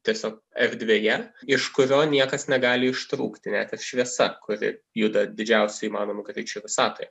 tiesiog erdvėje iš kurio niekas negali ištrūkti net ir šviesa kuri juda didžiausiu įmanomu greičiu visatoje